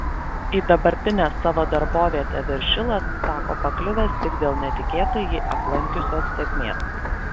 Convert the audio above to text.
į dabartinę savo darbovietę viršilas sako pakliuvęs tik dėl netikėtai jį aplankiusios sėkmės